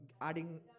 adding